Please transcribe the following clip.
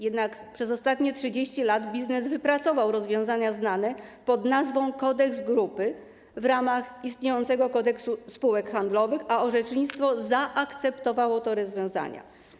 Jednak przez ostatnie 30 lat biznes wypracował rozwiązania znane pn. kodeks grupy w ramach istniejącego Kodeksu spółek handlowych, a orzecznictwo zaakceptowało te rozwiązania.